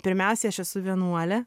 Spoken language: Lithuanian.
pirmiausiai aš esu vienuolė